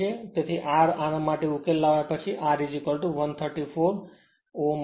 તેથી R માટે આનો ઉકેલ લાવ્યા પછી ખરેખર R 134 Ω મળશે